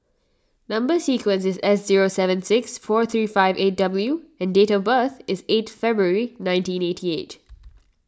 Number Sequence is S zero seven six four three five eight W and date of birth is eight February nineteen eighty eight